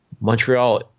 Montreal